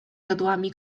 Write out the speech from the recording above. jodłami